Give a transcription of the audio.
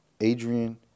Adrian